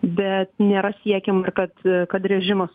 bet nėra siekiama ir kad kad režimas